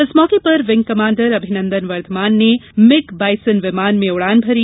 इस मौके पर विंग कमांडर अभिनन्दन वर्धमान ने मिग ं बाइसन विमान में उड़ान भरी